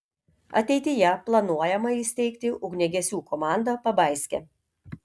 ateityje planuojama įsteigti ugniagesių komandą pabaiske